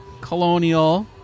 Colonial